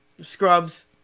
Scrubs